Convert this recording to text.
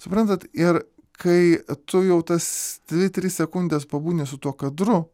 suprantat ir kai tu jau tas dvi tris sekundes pabūni su tuo kadru